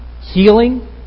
healing